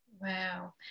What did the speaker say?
Wow